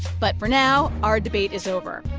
but for now, our debate is over.